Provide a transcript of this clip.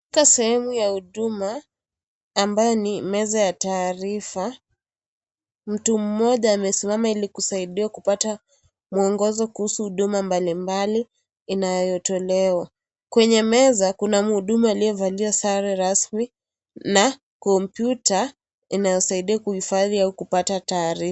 Katika sehemu ya huduma ambayo ni meza ya taarifa, mtu mmoja amesimama Ili kusaidiwa kupata mwongozo kuhusu huduma mbalimbali inayotolewa. Kwenye meza kuna mhudumu aliyevalia sare rasmi na kompyuta inayosaidia kuhifadhi au kupata taarifa.